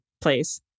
place